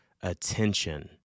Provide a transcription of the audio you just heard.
attention